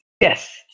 yes